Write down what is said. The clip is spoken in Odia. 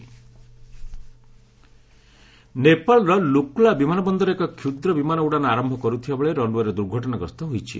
ନେପାଳ କ୍ରାସ୍ ନେପାଳର ଲୁକ୍ଲା ବିମାନବନ୍ଦରରେ ଏକ କ୍ଷୁଦ୍ର ବିମାନ ଉଡାଣ ଆରମ୍ଭ କରୁଥିବାବେଳେ ରନ୍ୱେରେ ଦୁର୍ଘଟଣାଗ୍ରସ୍ତ ହୋଇଛି